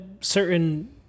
certain